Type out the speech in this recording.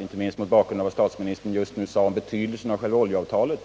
Inte minst mot bakgrund av vad statsministern nu sade om betydelsen av själva oljeavtalet